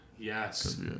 Yes